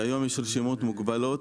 היום יש רשימות מוגבלות